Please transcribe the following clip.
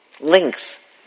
links